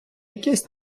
якесь